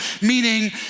Meaning